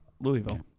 Louisville